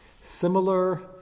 similar